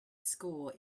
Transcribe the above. score